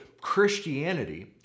Christianity